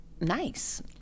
nice